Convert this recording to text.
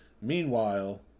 Meanwhile